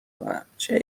کنن، چه